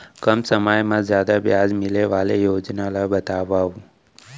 कम समय मा जादा ब्याज मिले वाले योजना ला बतावव